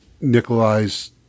Nikolai's